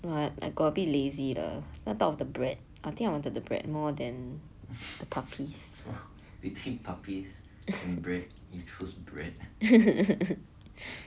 what I got a bit lazy lah I thought about the bread I think I wanted the bread more than the puppies